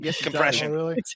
compression